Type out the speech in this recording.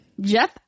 Jeff